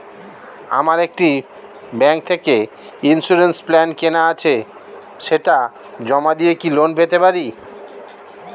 আমার একটি ব্যাংক থেকে ইন্সুরেন্স প্ল্যান কেনা আছে সেটা জমা দিয়ে কি লোন পেতে পারি?